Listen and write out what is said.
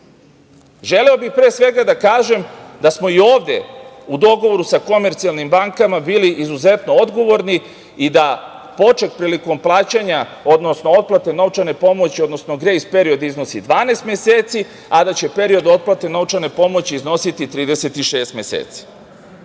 želeo bih da kažem da smo i ovde u dogovoru sa komercijalnim bankama bili izuzetno odgovorni i da poček prilikom plaćanja, odnosno otplate novčane pomoći, odnosno grejs period iznosi 12 meseci, a da će period otplate novčane pomoći iznositi 36 meseci. Takođe,